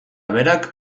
berak